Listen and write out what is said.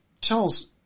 charles